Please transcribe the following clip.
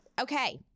Okay